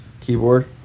keyboard